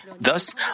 Thus